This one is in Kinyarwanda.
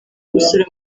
gusura